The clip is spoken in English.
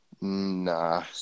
Nah